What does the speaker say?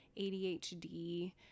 ADHD